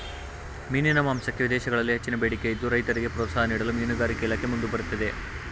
ಮೀನಿನ ಮಾಂಸಕ್ಕೆ ವಿದೇಶಗಳಲ್ಲಿ ಹೆಚ್ಚಿನ ಬೇಡಿಕೆ ಇದ್ದು, ರೈತರಿಗೆ ಪ್ರೋತ್ಸಾಹ ನೀಡಲು ಮೀನುಗಾರಿಕೆ ಇಲಾಖೆ ಮುಂದೆ ಬರುತ್ತಿದೆ